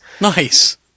Nice